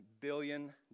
billion